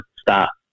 stop